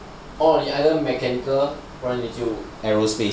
or you either mechanical 不然你就 aerospace